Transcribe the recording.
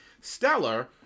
stellar